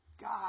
God